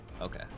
Okay